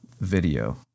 video